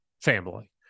family